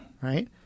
right